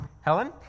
Helen